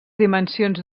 dimensions